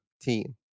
team